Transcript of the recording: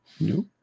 No